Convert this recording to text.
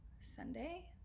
Sunday